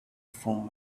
from